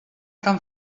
tan